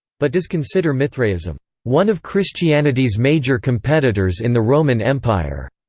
but does consider mithraism one of christianity's major competitors in the roman empire.